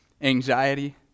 anxiety